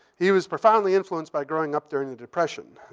he was profoundly influenced by growing up during the depression.